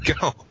go